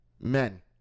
men